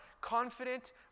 confident